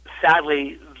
sadly